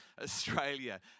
Australia